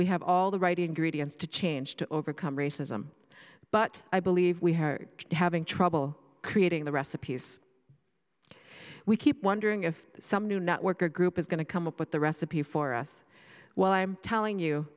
we have all the right ingredients to change to overcome racism but i believe we are having trouble creating the recipes we keep wondering if some do not work or group is going to come up with the recipe for us while i'm telling you